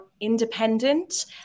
independent